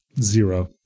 Zero